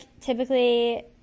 typically